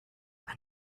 and